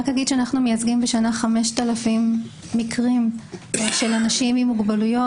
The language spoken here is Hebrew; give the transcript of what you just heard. רק אגיד שאנחנו מיצגים בשנה 5,000 מקרים של אנשים עם מוגבלויות,